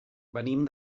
venim